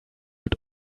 mit